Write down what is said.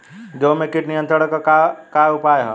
गेहूँ में कीट नियंत्रण क का का उपाय ह?